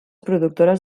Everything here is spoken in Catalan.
productores